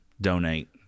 donate